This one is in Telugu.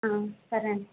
సరే అండి